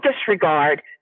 disregard